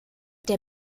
der